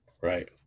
Right